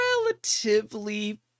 relatively